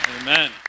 Amen